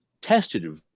tested